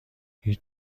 هیچ